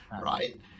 right